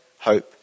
hope